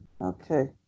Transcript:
okay